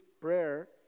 prayer